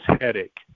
headache